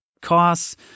costs